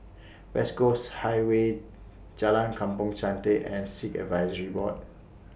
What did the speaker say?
West Coast Highway Jalan Kampong Chantek and Sikh Advisory Board